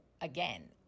again